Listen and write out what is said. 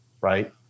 right